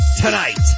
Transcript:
tonight